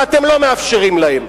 ואתם לא מאפשרים להם.